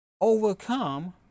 overcome